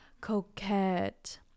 Coquette